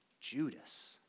Judas